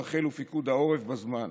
רח"ל ופיקוד העורף בזמן,